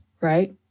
right